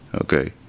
okay